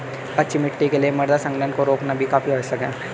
अच्छी मिट्टी के लिए मृदा संघनन को रोकना भी काफी आवश्यक है